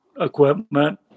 equipment